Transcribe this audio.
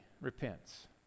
repents